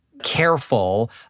Careful